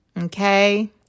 okay